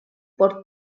por